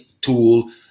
tool